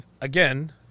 Again